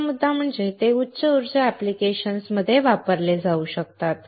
दुसरा मुद्दा म्हणजे ते उच्च उर्जा ऍप्लिकेशन्समध्ये वापरले जाऊ शकते